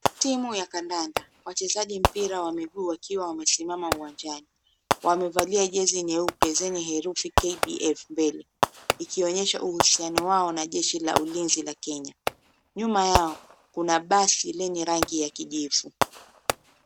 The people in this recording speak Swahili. Timu ya kandanda, wachezaji mpira wa miguu wakiwa wamesimama uwanjani, wamevalia jezi nyeupe zenye herufi KDF mbele ikionyesha uhusiano wao na jeshi la ulinzi la kenya. Nyuma yao kuna basi lenye rangi ya kijivu.